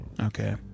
Okay